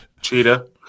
Cheetah